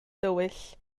dywyll